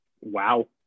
Wow